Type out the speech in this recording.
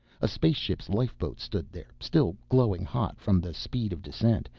a spaceship's lifeboat stood there, still glowing hot from the speed of descent,